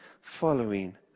following